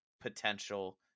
potential